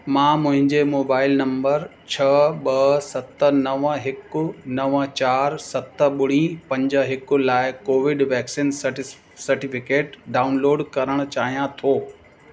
मां मुंहुंजे mobile number छह ॿ सत नवं हिकु नवं चारि सत ॿुड़ी पंज हिकु लाइ कोविड वैक्सीन सटिस सर्टिफ़िकेट डाउनलोड करणु चाहियां थो